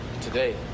today